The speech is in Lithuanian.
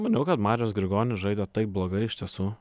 maniau kad marius grigonis žaidė taip blogai iš tiesų